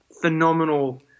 phenomenal